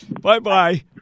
Bye-bye